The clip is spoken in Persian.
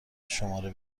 شماره